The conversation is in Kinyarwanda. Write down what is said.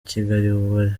kigali